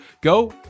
Go